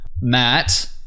Matt